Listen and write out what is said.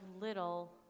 little